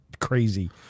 crazy